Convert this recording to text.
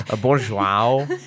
Bonjour